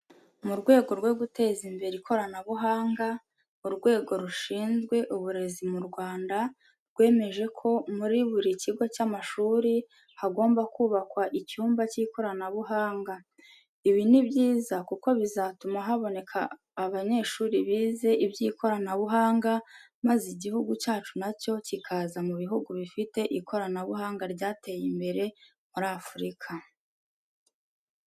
Mu rwego rwo guteza imbere ikoranabuhanga Urwego rushizwe Uburezi mu Rwanda rwemeje ko muri buri kigo cy'amashuri hagomba kubakwa icyumba k'ikoranabuhanga. Ibi ni byiza kuko bizatuma haboneka banyeshuri bize iby'ikoranabuhanga maze Igihugu cyacu na cyo kikaza mu buhugu bifite ikoranabuhanga ryateye imbere. muir Afurika.